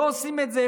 לא עושים את זה.